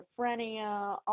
schizophrenia